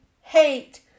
hate